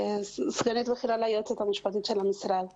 סגנית בכירה ליועצת המשפטית של משרד העבודה.